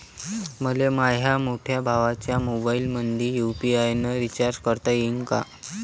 मले माह्या मोठ्या भावाच्या मोबाईलमंदी यू.पी.आय न रिचार्ज करता येईन का?